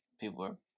People